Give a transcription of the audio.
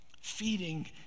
feeding